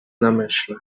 namyśle